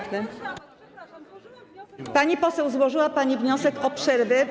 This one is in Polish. Pani poseł, złożyła pani wniosek o przerwę.